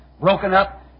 broken-up